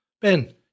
Ben